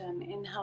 inhale